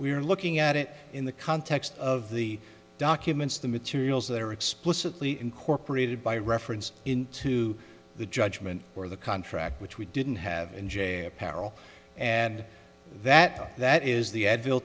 are looking at it in the context of the documents the materials that are explicitly incorporated by reference into the judgment or the contract which we didn't have in j apparel and that that is the advil